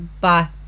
Bye